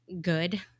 good